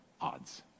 odds